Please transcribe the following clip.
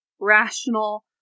rational